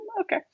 Okay